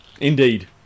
indeed